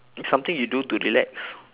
it's something you do to relax